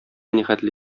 нихәтле